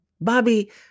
Bobby